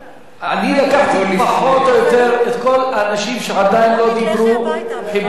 אני לקחתי פחות או יותר את כל האנשים שעדיין לא דיברו וחיברתי.